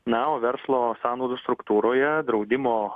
na o verslo sąnaudų struktūroje draudimo